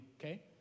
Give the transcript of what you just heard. okay